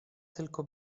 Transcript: tylko